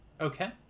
Okay